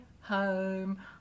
home